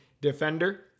defender